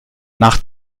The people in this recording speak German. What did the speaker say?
nach